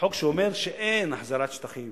בחוק שאומר שאין החזרת שטחים